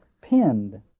pinned